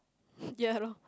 ya lor